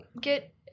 get